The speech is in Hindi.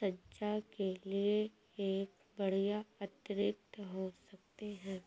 सज्जा के लिए एक बढ़िया अतिरिक्त हो सकते है